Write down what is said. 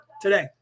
today